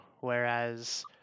whereas